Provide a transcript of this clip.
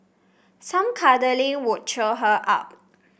some cuddling could cheer her up